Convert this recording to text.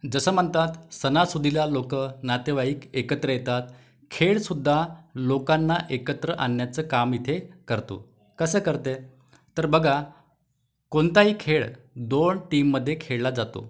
जसं म्हणतात सणासुदीला लोक नातेवाईक एकत्र येतात खेळसुद्धा लोकांना एकत्र आणण्याचं काम इथे करतो कसं करते तर बघा कोणताही खेळ दोन टीममध्ये खेळला जातो